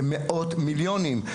זה מאות מיליונים.